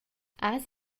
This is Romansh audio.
has